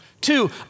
Two